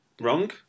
wrong